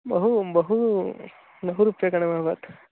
बहु बहु लघुरूप्यकाणाम् अभवत्